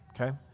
Okay